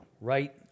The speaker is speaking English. Right